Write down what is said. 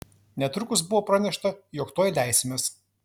netrukus buvo pranešta jog tuoj leisimės